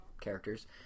characters